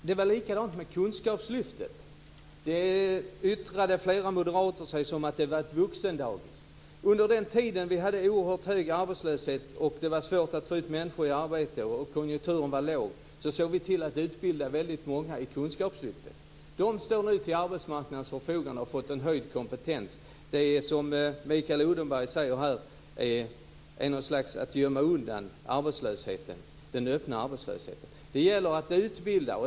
Herr talman! Det var likadant med Kunskapslyftet. Flera moderater sade att det var ett vuxendagis. Under den tid vi hade oerhört hög arbetslöshet och det var svårt att få ut människor i arbete och konjunkturen var låg såg vi till att utbilda väldigt många i De står nu till arbetsmarknadens förfogande och har fått en höjd kompetens. Mikael Odenberg säger här att det är att gömma undan den öppna arbetslösheten. Det gäller att utbilda.